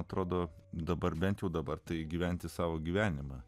atrodo dabar bent jau dabar taip gyventi savo gyvenimą